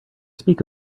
speak